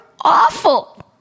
awful